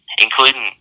including